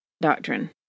doctrine